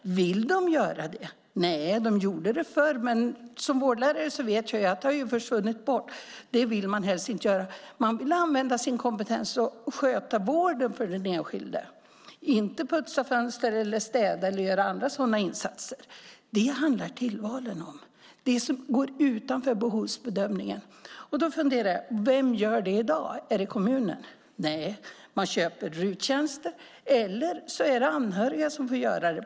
Vill de göra det? Nej. De gjorde det förr, men som vårdlärare vet jag att det har försvunnit. Det vill man helst inte göra. Man vill använda sin kompetens och sköta vården av den enskilde. Man vill inte putsa fönster, städa eller göra andra sådana insatser. Detta handlar tillvalen om. Det gäller det som går utanför behovsbedömningen. Jag funderar på vem som gör detta i dag. Är det kommunen? Nej, man köper RUT-tjänster eller så är det anhöriga som får göra det.